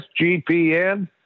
SGPN